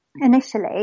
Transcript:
initially